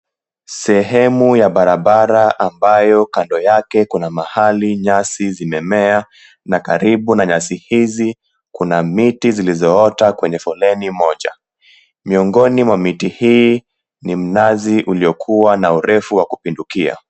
Sehemu ya barabara ambayo kando yake kuna mahali nyasi zimemea na karibu na nyasi hizi kuna miti zilizoota kwenye foleni moja. Miongoni mwa miti hii ni mnazi uliokuwa na urefu wa kupindukia.